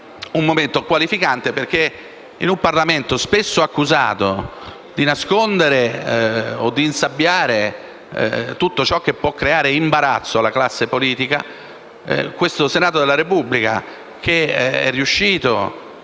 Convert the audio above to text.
un momento qualificante. In un Parlamento spesso accusato di nascondere o di insabbiare tutto ciò che può creare imbarazzo alla classe politica, il Senato della Repubblica, che è riuscito